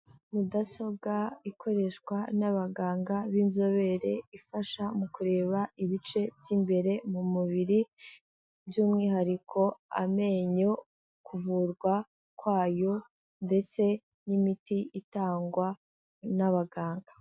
Mudasobwa ikoreshwa n'abaganga b'inzobere ifasha mu kureba ibice by'imbere mu mubiri, by'umwihariko amenyo, kuvurwa kwayo ndetse n'imiti itangwa n'abaganga.